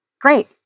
Great